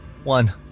one